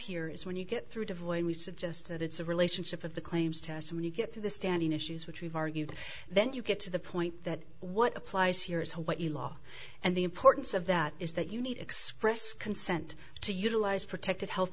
here is when you get through the void we suggest that it's a relationship of the claims test when you get to the standing issues which we've argued then you get to the point that what applies here is what you law and the importance of that is that you need express consent to utilise protected health